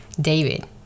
David